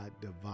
divine